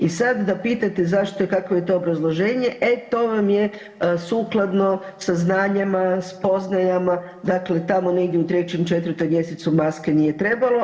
I sad da pitate zašto, kakvo je to obrazloženje e to vam je sukladno saznanjima, spoznajama, dakle tamo negdje u trećem, četvrtom mjesecu maske nije trebalo.